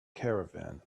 caravan